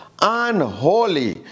unholy